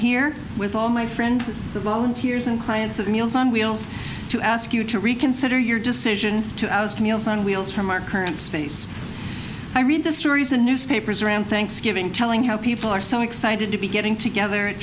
here with all my friends the volunteers and clients of meals on wheels to ask you to reconsider your decision to oust meals on wheels from our current space i read the stories in newspapers around thanksgiving telling how people are so excited to be getting together at